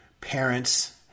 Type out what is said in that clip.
parents